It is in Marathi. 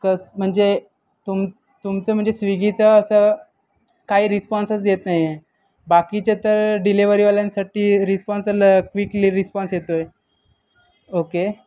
कसं म्हणजे तुम तुमचं म्हणजे स्विगीचं असं काही रिस्पॉन्सच येत नाही आहे बाकीचं तर डिलेवरीवाल्यांसाठी रिस्पॉन्स ल क्वीकली रिस्पॉन्स येतो आहे ओके